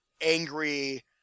angry